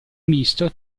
misto